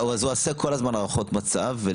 הוא עושה כל הזמן הערכות מצב.